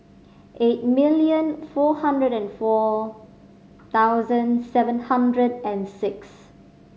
eight million four hundred and four thousand seven hundred and six